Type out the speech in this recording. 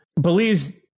Belize